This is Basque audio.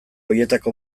horietako